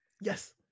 Yes